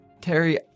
Terry